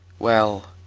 well,